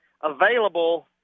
available